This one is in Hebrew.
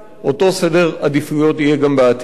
אותו סדר עדיפויות יהיה גם בעתיד.